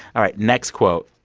all right. next quote.